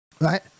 Right